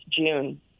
June